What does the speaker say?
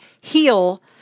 Heal